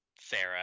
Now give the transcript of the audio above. Sarah